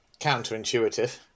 counterintuitive